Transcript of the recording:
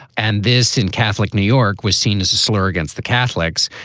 and this in catholic new york was seen as a slur against the catholics.